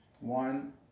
one